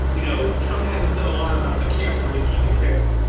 you know, trump hasn't said a lot about the camps where he's keeping kids.